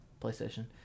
PlayStation